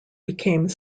became